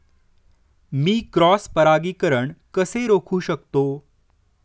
मी cross परागीकरण कसे रोखू शकतो?